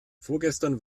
vorgestern